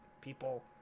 People